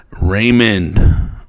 Raymond